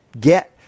get